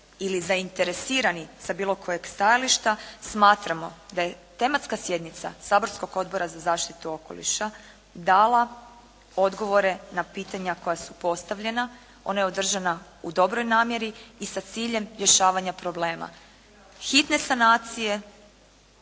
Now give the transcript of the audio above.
ili zainteresirani sa bilo kojeg stajališta smatramo da je tematska sjednica saborskog Odbora za zaštitu okoliša dala odgovore na pitanja koja su postavljena, ona je održana u dobroj namjeri i sa ciljem rješavanja problema hitne sanacije